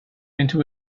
into